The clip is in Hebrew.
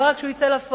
לא רק שהוא יצא לפועל,